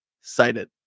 cited